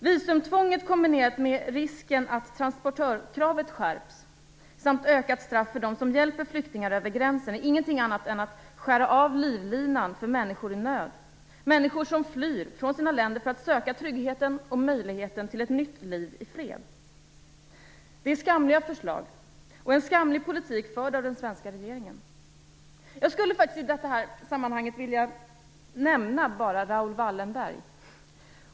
Visumtvånget kombinerat med risken att transportörkravet skärps samt ökat straff för dem som hjälper flyktingar över gränsen är ingenting annat än att skära av livlinan för människor i nöd, människor som flyr från sina länder för att söka tryggheten och möjligheten till ett nytt liv i fred. Det är skamliga förslag och en skamlig politik förd av den svenska regeringen. Jag skulle i detta sammanhang bara vilja nämna Raoul Wallenberg.